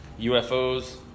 UFOs